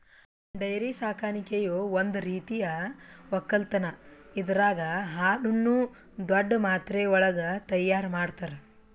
dairy ಸಾಕಾಣಿಕೆಯು ಒಂದ್ ರೀತಿಯ ಒಕ್ಕಲತನ್ ಇದರಾಗ್ ಹಾಲುನ್ನು ದೊಡ್ಡ್ ಮಾತ್ರೆವಳಗ್ ತೈಯಾರ್ ಮಾಡ್ತರ